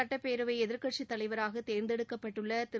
சுட்டப்பேரவை எதிர்க்கட்சித் தலைவராக தேர்ந்தெடுக்கப்பட்டுள்ள திரு